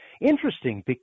Interesting